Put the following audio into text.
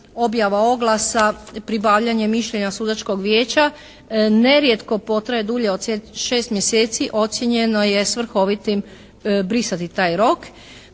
objava oglasa, pribavljanje mišljenja sudačkog vijeća nerijetko potraje dulje od 6 mjeseci ocijenjeno je svrhovitim brisati taj rok.